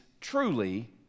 truly